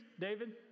david